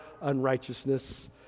unrighteousness